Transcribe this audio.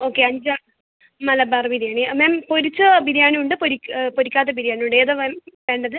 okay അഞ്ചോ Malabar biryani ma'am പൊരിച്ച ബിരിയാണിയുണ്ട് പൊരി പൊരിക്കാത്ത ബിരിയാണിയുണ്ട് ഏതാണ് മാം വേണ്ടത്